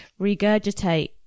regurgitate